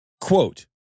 quote